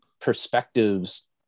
perspectives